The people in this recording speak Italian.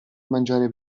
mangiar